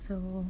so